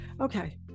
Okay